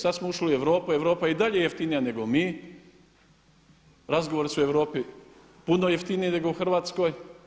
Sada smo ušli u Europu, Europa je i dalje jeftinija nego mi, razgovori su u Europi puno jeftiniji nego u Hrvatskoj.